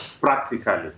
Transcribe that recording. practically